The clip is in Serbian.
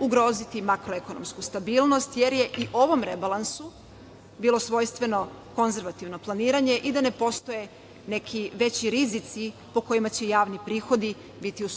ugroziti makro-ekonomsku stabilnost, jer je i ovom rebalansu bilo svojstveno konzervativno planiranje i da ne postoje neki veći rizici po kojima će javni prihodi biti u